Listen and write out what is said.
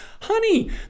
honey